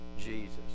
jesus